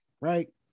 Right